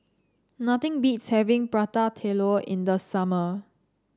nothing beats having Prata Telur in the summer